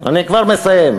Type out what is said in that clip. אני כבר מסיים.